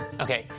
okay.